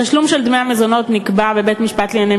תשלום דמי המזונות נקבע בבית-משפט לענייני